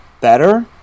better